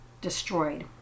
destroyed